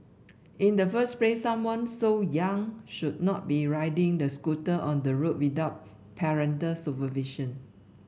in the first place someone so young should not be riding the scooter on the road without parental supervision